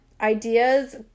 ideas